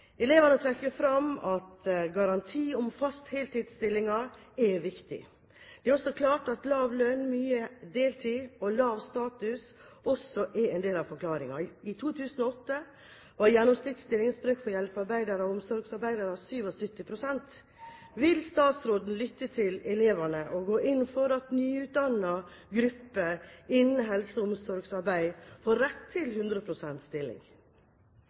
Elevene trekker fram at garanti om faste heltidsstillinger er viktig. Det er også klart at lav lønn, mye deltid og lav status også er en del av forklaringen. I 2008 var gjennomsnittsstillingsbrøken for hjelpearbeidere og omsorgsarbeidere 77 pst. Vil statsministeren lytte til elevene og gå inn for at nyutdannede grupper innen helse- og omsorgsarbeid får rett til 100 pst. stilling?